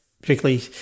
particularly